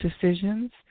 decisions